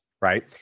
right